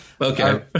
okay